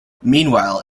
meanwhile